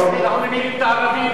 אנחנו מכירים את הערבים המרוצים,